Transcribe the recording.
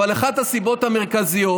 אבל אחת הסיבות המרכזיות,